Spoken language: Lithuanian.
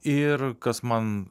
ir kas man